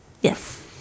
Yes